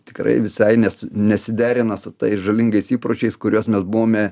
tikrai visai nes nesiderina su tais žalingais įpročiais kuriuos mes buvome